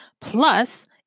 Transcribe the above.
plus